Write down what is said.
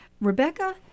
Rebecca